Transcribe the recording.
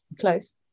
close